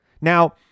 Now